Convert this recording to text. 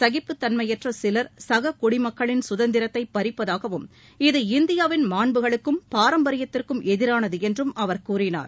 சகிப்புதன்மையற்ற சிலர் சக குடிமக்களின் சுதந்திரத்தை பறிப்பதாகவும் இது இந்தியாவின் மாண்புகளுக்கும் பாரம்பரியத்திற்கும் எதிரானது என்றும் அவர் கூறினார்